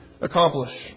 accomplish